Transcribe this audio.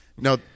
No